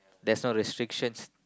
there's no restrictions